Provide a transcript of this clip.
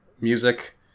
music